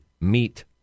meet